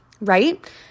right